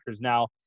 Now